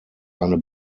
eine